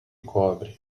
cobre